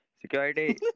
Security